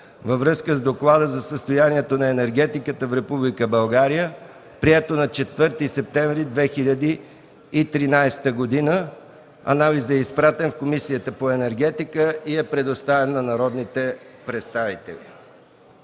във връзка с Доклада за състоянието на енергетиката в Република България, прието на 4 септември 2013 г. Анализът е изпратен в Комисията по енергетика и е предоставен на народните представители.